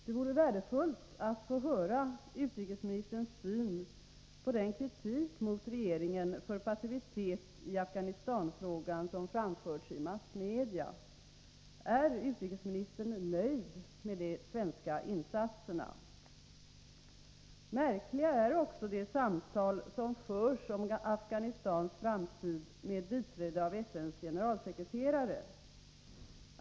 Det vore värdefullt att få höra utrikesministerns syn på den kritik mot regeringen för passivitet i Afghanistanfrågan som framförts i massmedia. Är utrikesministern nöjd med de svenska insatserna? Märkliga är också de samtal som förs om Afghanistans framtid med biträde av FN:s generalsekreterare.